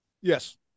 Yes